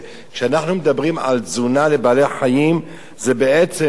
כשאנחנו מדברים על תזונה לבעלי-חיים זה בעצם,